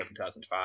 2005